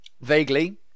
vaguely